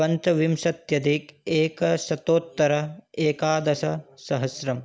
पञ्चविंशत्यधिक एकशतोत्तर एकादशसहस्रं